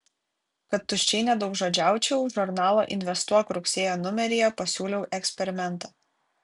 kad tuščiai nedaugžodžiaučiau žurnalo investuok rugsėjo numeryje pasiūliau eksperimentą